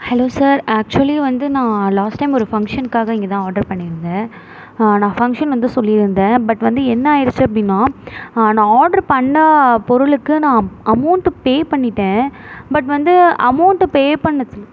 hello sir actually வந்து நான் last time ஒரு ஃபங்க்ஷ்ன்காக இங்கே தான் ஆர்டர் பண்ணியிருந்தேன் நான் ஃபங்க்ஷ்ன் வந்து சொல்லியிருந்தேன் பட் வந்து என்னாகிடுச்சு அப்படின்னா நான் ஆர்டர் பண்ண பொருளுக்கு நான் அமௌன்டு பே பண்ணிவிட்டேன் பட் வந்து அமௌன்டு பே பண்ணிணது